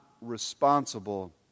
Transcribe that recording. responsible